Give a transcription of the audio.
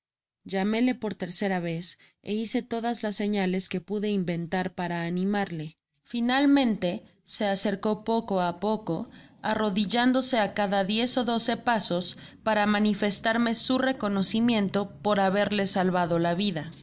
llamóle por tercera vez é hice todas las señales que pude inventar para animarle finalmente se acercó poco ápoeo arrodillándose á cada diez ó doce pasos para manifestarme su reconocimiento por haberle salvado la vida